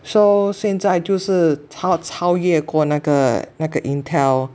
so 现在就是超超越过那个那个 Intel